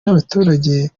n’abaturage